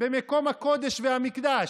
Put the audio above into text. במקום הקודש והמקדש.